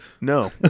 No